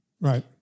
right